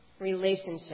relationship